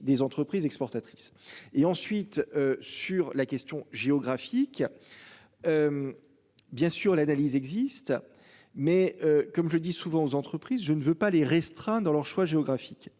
et ensuite sur la question géographique. Bien sûr l'analyse existe. Mais comme je dis souvent aux entreprises. Je ne veux pas les restreints dans leur choix géographique.